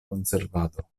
konservado